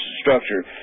structure